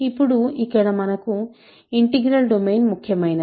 ఇప్పుడు ఇక్కడ మనకు ఇంటిగ్రాల్ డొమైన్ ముఖ్యమైనది